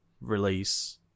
release